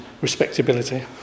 respectability